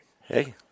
Hey